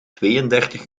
tweeëndertig